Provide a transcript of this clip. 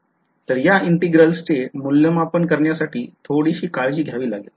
तर या integrals चे मूल्यमापन करण्यासाठी थोडीशी काळजी घ्यावी लागती